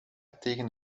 tegen